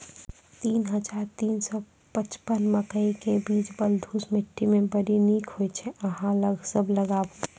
तीन हज़ार तीन सौ पचपन मकई के बीज बलधुस मिट्टी मे बड़ी निक होई छै अहाँ सब लगाबु?